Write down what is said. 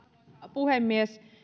puhemies